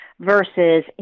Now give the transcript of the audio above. Versus